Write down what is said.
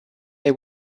they